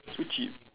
so cheap